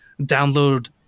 download